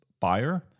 buyer